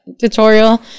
tutorial